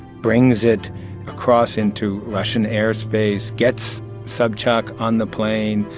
brings it across into russian airspace, gets sobchak on the plane.